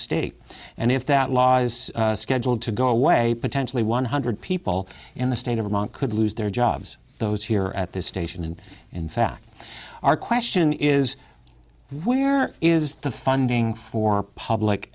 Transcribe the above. state and if that law is scheduled to go away potentially one hundred people in the state of vermont could lose their jobs those here at this station and in fact our question is where is the funding for public